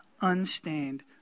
unstained